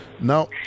Now